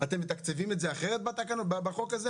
אתם מתקצבים את זה אחרת בחוק הזה,